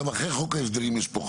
גם אחרי חוק ההסדרים יש פה חיים.